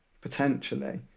Potentially